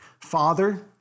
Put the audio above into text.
father